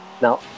now